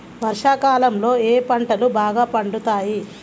వర్షాకాలంలో ఏ పంటలు బాగా పండుతాయి?